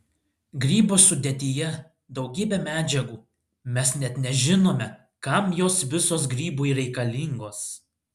grybo sudėtyje daugybė medžiagų mes net nežinome kam jos visos grybui reikalingos